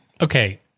Okay